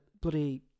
bloody